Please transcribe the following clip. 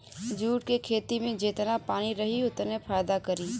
jute के खेती में जेतना पानी रही ओतने फायदा करी